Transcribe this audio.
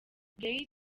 gates